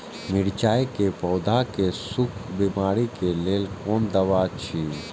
मिरचाई के पौधा के सुखक बिमारी के लेल कोन दवा अछि?